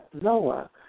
Noah